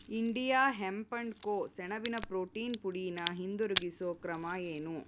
India hemp and co ಸೆಣಬಿನ protein ಪುಡಿನ ಹಿಂದಿರುಗಿಸೋ ಕ್ರಮ ಏನು